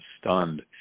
stunned